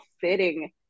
fitting